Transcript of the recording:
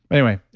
but anyway,